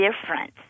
difference